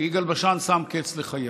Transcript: כי יגאל בשן שם קץ לחייו.